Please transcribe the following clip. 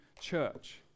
church